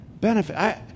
benefit